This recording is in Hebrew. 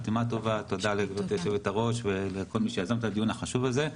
תודה לגברתי יושבת-הראש ולכל מי שיזם את הדיון החשוב הזה.